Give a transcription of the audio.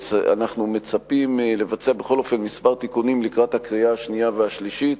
אנחנו מצפים לבצע בכל אופן מספר תיקונים לקראת הקריאה השנייה והשלישית.